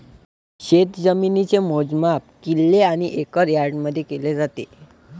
शेतजमिनीचे मोजमाप किल्ले आणि एकर यार्डमध्ये केले जाते